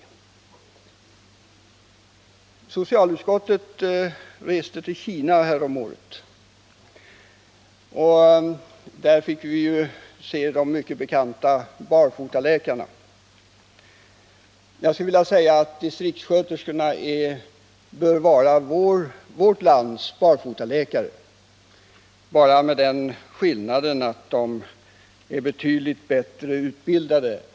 Vi i socialutskottet besökte Kina häromåret, och vi fick där se de mycket omtalade barfotaläkarna. Jag skulle vilja säga att distriktssköterskorna bör kunna verka som vårt lands barfotaläkare, dock med den skillnaden att de är betydligt bättre utbildade.